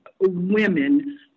women